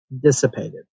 dissipated